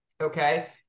okay